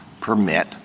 permit —